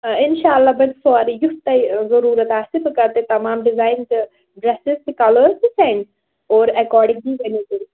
اِنشاء اللہ بَنہِ سورُے یُتھ تۄہہِ ضٔروٗرَت آسہِ بہٕ کَرٕ تۄہہِ تمام ڈِزایِن تہِ ڈرٛٮ۪سٕز تہِ کَلٲرٕس تہِ سٮ۪نٛڈ اور اٮ۪کاڈِنٛگلی ؤنِو تُہۍ